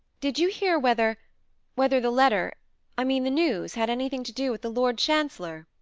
did you hear whether whether the letter i mean the news had anything to do with the lord chancellor?